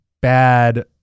bad